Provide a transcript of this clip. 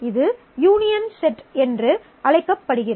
இது union set என்று அழைக்கப்படுகிறது